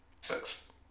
Six